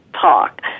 talk